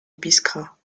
biskra